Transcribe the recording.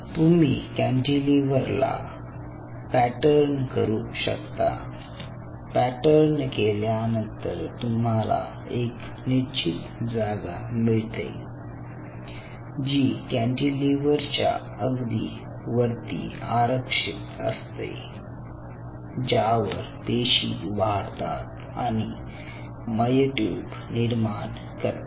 तुम्ही कॅन्टीलिव्हर ला पॅटर्न करू शकता पॅटर्न केल्यानंतर तुम्हाला एक निश्चित जागा मिळते जी कॅन्टीलिव्हर च्या अगदी वरती आरक्षित असते ज्यावर पेशी वाढतात आणि मायोट्युब निर्माण करतात